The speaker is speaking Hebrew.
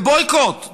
זהBoycott ,